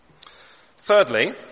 Thirdly